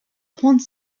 gronde